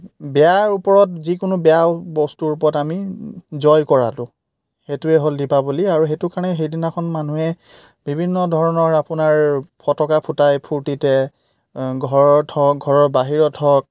বেয়াৰ ওপৰত যিকোনো বেয়া বস্তুৰ ওপৰত আমি জয় কৰাটো সেইটোৱেই হ'ল দীপাৱলী আৰু সেটো কাৰণে সেইদিনাখন মানুহে বিভিন্ন ধৰণৰ আপোনাৰ ফটকা ফুটাই ফূৰ্তিতে ঘৰত হওক ঘৰৰ বাহিৰত হওক